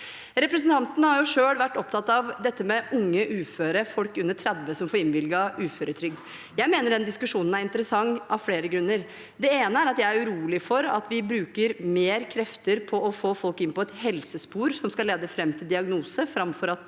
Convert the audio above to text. Representanten har selv vært opptatt av dette med unge uføre, folk under 30 år som får innvilget uføretrygd. Jeg mener den diskusjonen er interessant av flere grunner. Det ene er at jeg er urolig for at vi bruker mer krefter på å få folk inn på et helsespor som skal lede fram til diagnose,